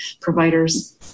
providers